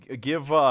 Give